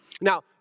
Now